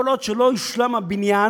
כל עוד לא הושלם הבניין,